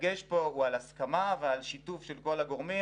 הדגש פה הוא על הסכמה ועל שיתוף של כל הגורמים